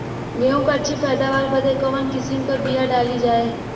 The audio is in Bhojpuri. गेहूँ क अच्छी पैदावार बदे कवन किसीम क बिया डाली जाये?